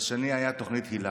והשני היה תוכנית היל"ה.